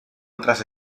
otras